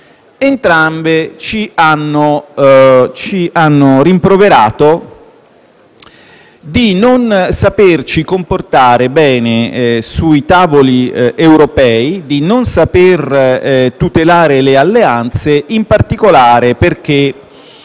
Entrambe ci hanno rimproverato di non saperci comportare bene sui tavoli europei, di non saper tutelare le alleanze, in particolare perché